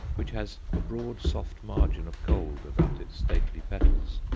which has a broad soft margin of gold about its stately petals?